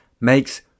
makes